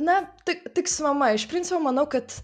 na tai tik su mama iš principo manau kad